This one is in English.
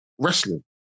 wrestling